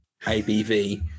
ABV